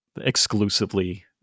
exclusively